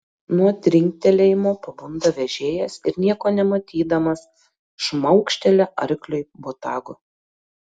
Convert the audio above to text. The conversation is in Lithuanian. nuo trinktelėjimo pabunda vežėjas ir nieko nematydamas šmaukštelia arkliui botagu